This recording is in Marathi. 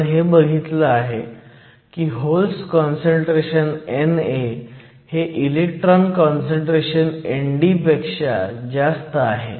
आपण हे बघितलं आहे की होल्स काँसंट्रेशन NA हे इलेक्ट्रॉन काँसंट्रेशन ND पेक्षा जास्त आहे